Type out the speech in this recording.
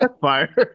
Fire